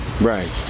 Right